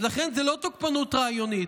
אז לכן זה לא תוקפנות רעיונית.